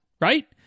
right